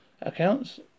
Accounts